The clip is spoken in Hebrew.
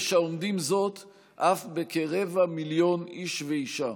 יש האומדים זאת אף בכרבע מיליון איש ואישה.